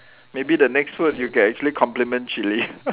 maybe the next word you can actually complement chili